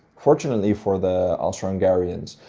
fortunately, for the austro-hungarians,